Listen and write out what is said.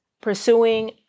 pursuing